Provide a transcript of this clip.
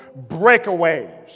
breakaways